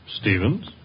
Stevens